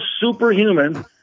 superhuman